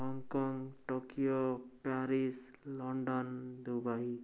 Hong Kong Tokyo Paris London Dubai